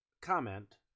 comment